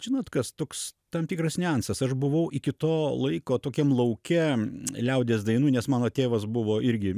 žinot kas toks tam tikras niuansas aš buvau iki to laiko tokiam lauke liaudies dainų nes mano tėvas buvo irgi